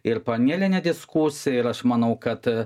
ir panelinė diskusija ir aš manau kad